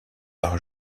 par